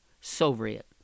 Soviet